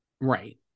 Right